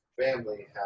family